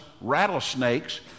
rattlesnakes